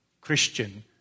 Christian